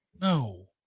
No